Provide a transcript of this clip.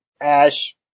Ash